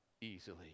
easily